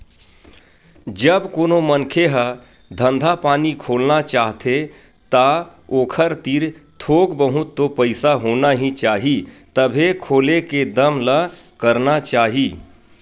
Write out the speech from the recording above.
जब कोनो मनखे ह धंधा पानी खोलना चाहथे ता ओखर तीर थोक बहुत तो पइसा होना ही चाही तभे खोले के दम ल करना चाही